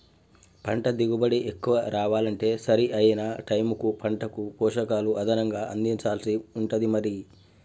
పంట దిగుబడి ఎక్కువ రావాలంటే సరి అయిన టైముకు పంటకు పోషకాలు అదనంగా అందించాల్సి ఉంటది మరి